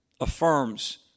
affirms